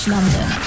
London